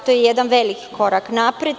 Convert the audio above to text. To je jedan veliki korak napred.